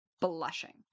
blushing